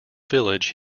village